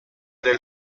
del